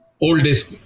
Oldest